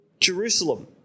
Jerusalem